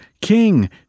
King